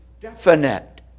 definite